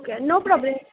okay no problem